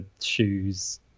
shoes